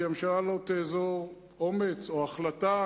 כי הממשלה לא תאזור אומץ או החלטה,